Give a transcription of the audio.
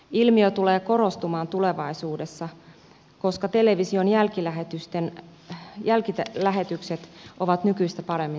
ilmiö tulee korostumaan tulevaisuudessa koska television jälkilähetykset ovat nykyistä paremmin saatavilla